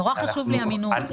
נורא חשוב לי המינוח.